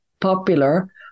popular